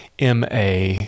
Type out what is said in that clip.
MA